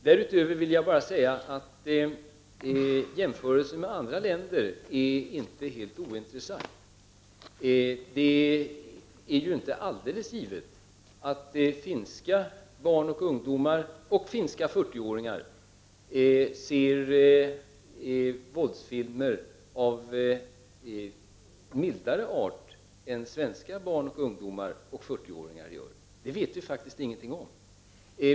Därutöver vill jag bara säga att en jämförelse med andra länder inte är helt ointressant. Det är inte alldeles givet att finska barn och ungdomar och finska 40-åringar ser våldsfilmer av mildare art än svenska barn, ungdomar och 40-åringar ser. Det vet vi faktiskt ingenting om.